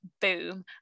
boom